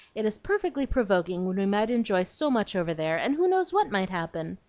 it is perfectly provoking, when we might enjoy so much over there and who knows what might happen!